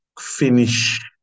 finish